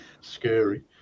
scary